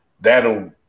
that'll